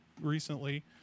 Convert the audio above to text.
recently